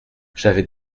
j’avais